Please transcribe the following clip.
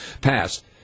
passed